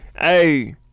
Hey